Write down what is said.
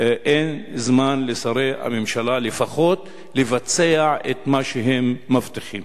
אין זמן לשרי הממשלה לבצע את מה שהם מבטיחים.